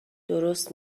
درست